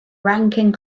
ranking